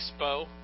expo